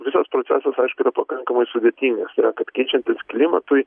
visas procesas aišku yra pakankamai sudėtingas yra kad keičiantis klimatui